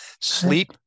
sleep